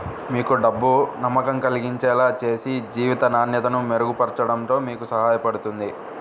మీకు డబ్బు నమ్మకం కలిగించేలా చేసి జీవిత నాణ్యతను మెరుగుపరచడంలో మీకు సహాయపడుతుంది